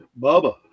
Bubba